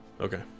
Okay